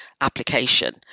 application